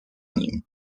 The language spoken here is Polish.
nim